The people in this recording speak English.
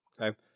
Okay